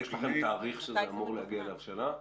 יש לכם תאריך שזה אמור להגיע להבשלה?